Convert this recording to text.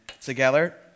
together